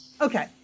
okay